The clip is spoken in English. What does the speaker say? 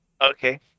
Okay